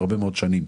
הרבה מאוד שנים.